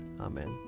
Amen